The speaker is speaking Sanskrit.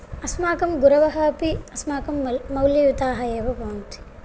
अस्माकं गुरवः अपि अस्माकं मौल् मौल्ययुताः एव भवन्ति